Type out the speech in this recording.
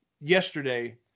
Yesterday